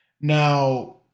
Now